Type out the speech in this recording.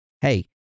Hey